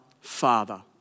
Father